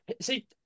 See